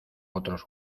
otros